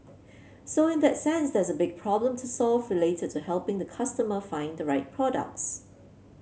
so in that sense there's a big problem to solve related to helping the customer find the right products